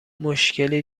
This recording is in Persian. مشکلی